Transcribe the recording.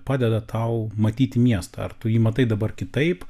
padeda tau matyti miestą ar tu jį matai dabar kitaip